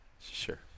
Sure